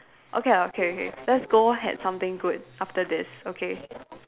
okay okay okay let's go have something good after this okay